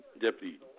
Deputy